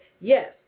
Yes